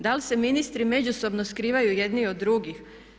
Da li se ministri međusobno skrivaju jedni od drugih?